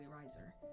riser